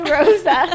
Rosa